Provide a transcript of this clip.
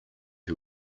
who